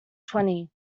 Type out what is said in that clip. twenty